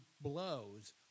blows